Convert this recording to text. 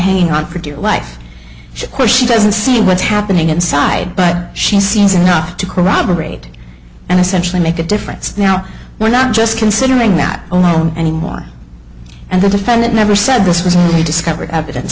hanging on for dear life of course she doesn't see what's happening inside but she seems enough to corroborate and essentially make a difference now we're not just considering not only home anymore and the defendant never said this was i discovered evidence